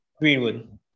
Greenwood